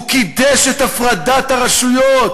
הוא קידש את הפרדת הרשויות.